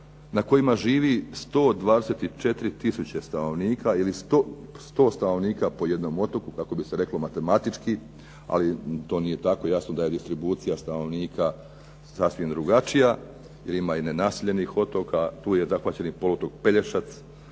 na kojima živi 124 tisuće stanovnika ili 100 stanovnika po jednom otoku kako bi se reklo matematički, ali to nije tako jasno da je distribucija stanovnika sasvim drugačija jer ima i nenaseljenih otoka. Tu je zahvaćen i poluotok Pelješac